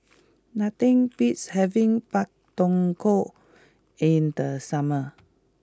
nothing beats having Pak Thong Ko in the summer